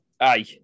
Aye